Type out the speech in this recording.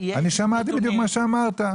שמעתי מה אמרת,